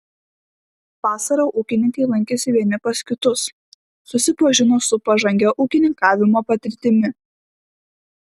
vasarą ūkininkai lankėsi vieni pas kitus susipažino su pažangia ūkininkavimo patirtimi